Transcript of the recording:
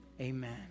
Amen